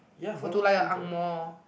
for to like a angmoh